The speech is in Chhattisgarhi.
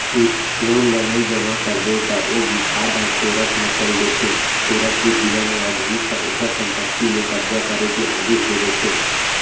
लोन ल नइ जमा करबे त ओ बिबाद ह कोरट म चल देथे कोरट के जिला न्यायधीस ह ओखर संपत्ति ले कब्जा करे के आदेस दे देथे